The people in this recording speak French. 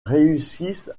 réussissent